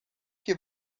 que